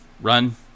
run